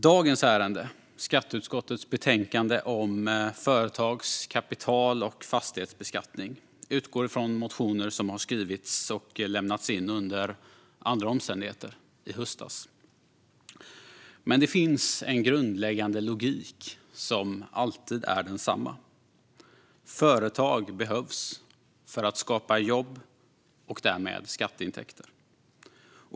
Dagens ärende, skatteutskottets betänkande om företags-, kapital och fastighetsbeskattning, utgår från motioner som skrevs och lämnades in under andra omständigheter, i höstas. Men det finns en grundläggande logik som alltid är densamma: Företag behövs för att skapa jobb och därmed skatteintäkter.